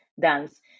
dance